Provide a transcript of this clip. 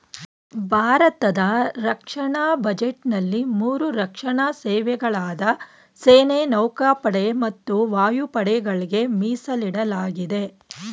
ಭಾರತದ ರಕ್ಷಣಾ ಬಜೆಟ್ನಲ್ಲಿ ಮೂರು ರಕ್ಷಣಾ ಸೇವೆಗಳಾದ ಸೇನೆ ನೌಕಾಪಡೆ ಮತ್ತು ವಾಯುಪಡೆಗಳ್ಗೆ ಮೀಸಲಿಡಲಾಗಿದೆ